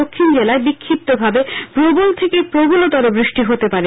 দক্ষিন জেলায় বিষ্ফিপ্ত ভাবে প্রবল থেকে প্রবলতর বৃষ্টি হতে পারে